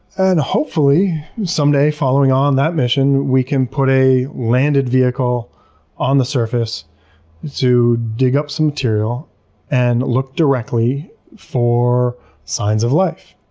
and hopefully someday following on that mission, we can put a landed vehicle on the surface to dig up some material and look directly for signs of life,